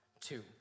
Two